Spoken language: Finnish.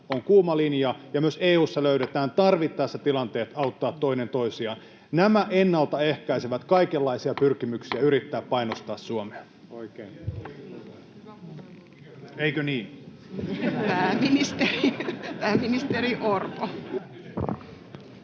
on kuuma linja ja myös EU:ssa löydetään tarvittaessa tilanteet auttaa toinen toisiaan. Nämä ennaltaehkäisevät kaikenlaisia pyrkimyksiä yrittää painostaa [Puhemies